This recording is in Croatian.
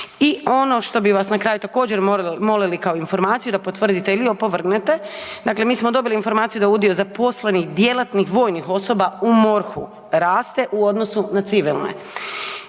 I ono što bi vas na kraju također molili kao informaciju, da potvrdite ili opovrgnete. Dakle mi smo dobili informaciju da udio zaposlenih djelatnih vojnih osoba u MORH-u raste u odnosu na civilne.